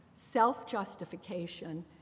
self-justification